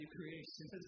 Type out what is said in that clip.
creation